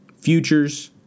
Futures